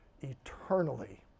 eternally